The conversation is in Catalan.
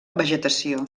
vegetació